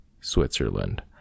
Switzerland